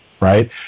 right